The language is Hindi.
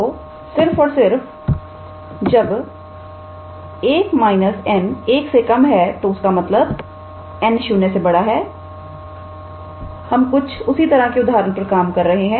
तो सिर्फ और सिर्फ जब 1 − 𝑛 1 है तो उसका मतलब 𝑛 0 है हम कुछ उसी तरह के उदाहरण पर काम कर रहे हैं